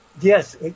Yes